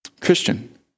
Christian